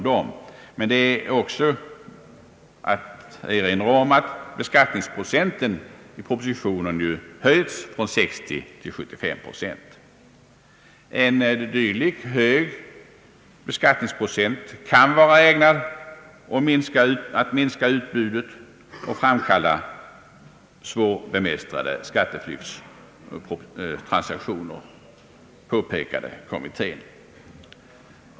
Det är även att erinra om att beskattningsprocenten i propositionen ju höjts från 60 till 75 procent. En hög beskattningsprocent kan vara ägnad att minska utbudet och framkalla svårbemästrade skatteflyktstransaktioner, påpekade kommittén.